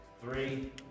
Three